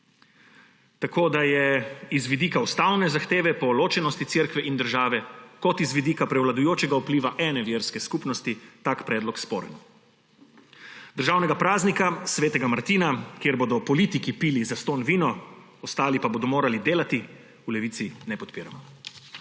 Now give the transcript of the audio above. Tako da je z vidika ustavne zahteve po ločenosti cerkve in države in z vidika prevladujočega vpliva ene verske skupnosti tak predlog sporen. Državnega praznika svetega Martina, kjer bodo politiki pili zastonj vino, ostali pa bodo morali delati, v Levici ne podpiramo.